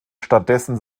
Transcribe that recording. stattdessen